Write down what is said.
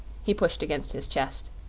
he pushed against his chest.